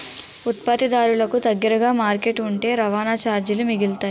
ఉత్పత్తిదారులకు దగ్గరగా మార్కెట్ ఉంటే రవాణా చార్జీలు మిగులుతాయి